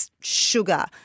sugar –